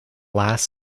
last